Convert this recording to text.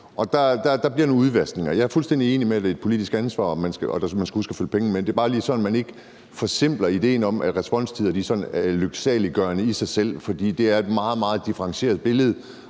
der bliver der nogle udvaskninger. Jeg er fuldstændig enig i, at det er et politisk ansvar, og at man skal huske, at der skal følge penge med, men det er bare lige for at sige, at man ikke skal forsimple idéen om, at opgørelser af responstider sådan er lyksaliggørende i sig selv, for det er et meget, meget differentieret billede,